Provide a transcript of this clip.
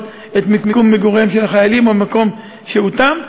את מיקום מגוריהם של החיילים או מקום שהותם.